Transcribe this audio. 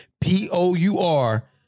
P-O-U-R